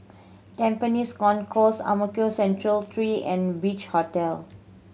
Tampines Concourse Ang Mo Kio Central Three and Beach Hotel